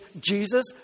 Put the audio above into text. Jesus